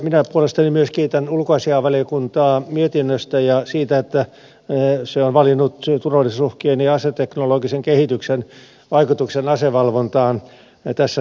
minä puolestani myös kiitän ulkoasiainvaliokuntaa mietinnöstä ja siitä että se on valinnut turvallisuusuhkien ja aseteknologisen kehityksen vaikutuksen asevalvontaan tässä teemaksi